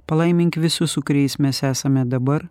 palaimink visus su kuriais mes esame dabar